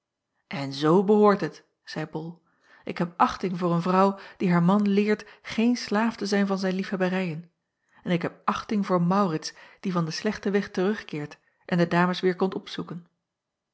n zoo behoort het zeî ol ik heb achting voor een vrouw die haar man leert geen slaaf te zijn van zijn liefhebberijen en ik heb achting voor aurits die van den slechten weg terugkeert en de ames weêr komt opzoeken